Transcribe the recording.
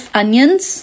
onions